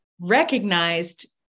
recognized